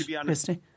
Christy